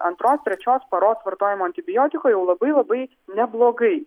antros trečios paros vartojimo antibiotiko jau labai labai neblogai